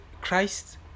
Christ